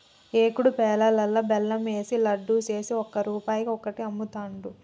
ఏకుడు పేలాలల్లా బెల్లం ఏషి లడ్డు చేసి ఒక్క రూపాయికి ఒక్కటి అమ్ముతాండ్రు